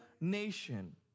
nation